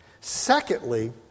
Secondly